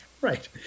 right